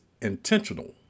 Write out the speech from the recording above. intentional